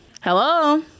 Hello